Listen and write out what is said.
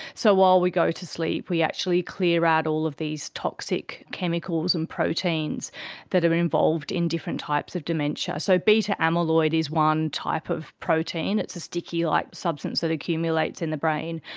so while we go to sleep we actually clear out all of these toxic chemicals and proteins that are involved in different types of dementia. so beta amyloid is one type of protein, it's a sticky like substance that accumulates in the brain.